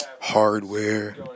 hardware